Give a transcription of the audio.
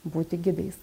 būti gidais